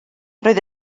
roedd